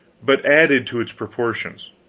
but added to its proportions.